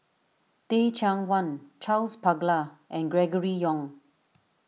Teh Cheang Wan Charles Paglar and Gregory Yong